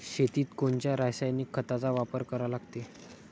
शेतीत कोनच्या रासायनिक खताचा वापर करा लागते?